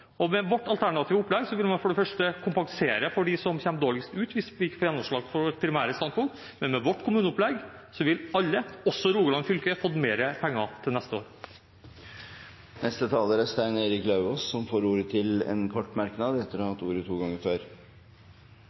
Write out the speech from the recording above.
rammet. Med vårt alternative opplegg kan man kompensere for dem som kommer dårligst ut, hvis vi får gjennomslag for vårt primære standpunkt. Men med vårt kommuneopplegg vil alle, også Rogaland fylke, få mer penger til neste år. Representanten Stein Erik Lauvås har hatt ordet to ganger tidligere og får ordet til en kort merknad,